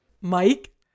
Mike